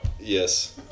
Yes